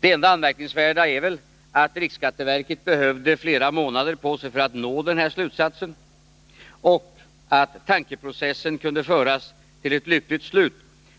Det enda anmärkningsvärda är väl att riksskatteverket behövde ha flera månader på sig för att nå fram till den här slutsatsen och att tankeprocessen kunde föras till ett lyckligt slut